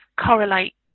correlate